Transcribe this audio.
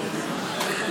מיכאל?